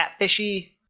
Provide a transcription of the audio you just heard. catfishy